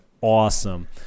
awesome